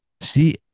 See